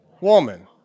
Woman